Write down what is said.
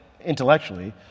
intellectually